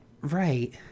Right